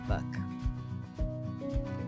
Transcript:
book